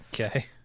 Okay